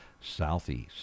southeast